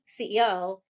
CEO